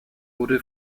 wurde